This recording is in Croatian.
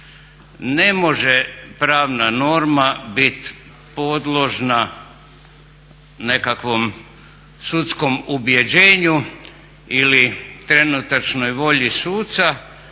Ne može pravna norma bit podložna nekakvom sudskom ubjeđenju ili trenutačnoj volji suca